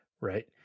right